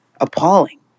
appalling